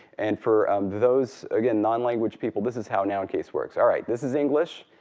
and for those, again, non-language people, this is how noun case works. all right, this is english.